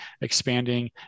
expanding